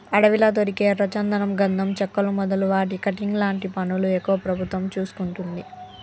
అడవిలా దొరికే ఎర్ర చందనం గంధం చెక్కలు మొదలు వాటి కటింగ్ లాంటి పనులు ఎక్కువ ప్రభుత్వం చూసుకుంటది